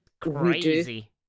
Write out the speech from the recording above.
Crazy